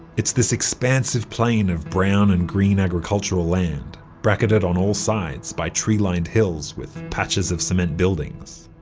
it's this expansive plain of brown and green agricultural land, bracketed on all sides by tree-lined hills with patches of cement buildings.